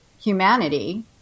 humanity